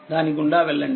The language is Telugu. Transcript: దాని గుండా వెళ్ళండి